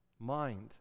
mind